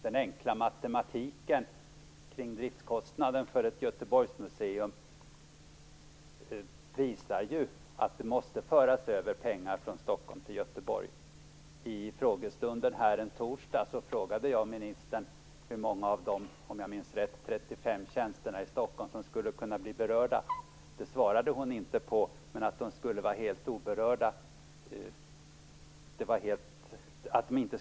Den enkla matematiken kring driftskostnaden för ett Göteborgsmuseum visar att det måste föras över pengar från Stockholm till Göteborg. Vid en frågestund här en torsdag frågade jag ministern hur många av de om jag minns rätt 35 tjänsterna i Stockholm som skulle kunna bli berörda. Det svarade hon inte på, men att de inte skulle vara helt oberörda var tydligt.